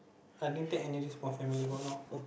I didn't take any risk for family photo